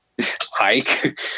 hike